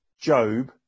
Job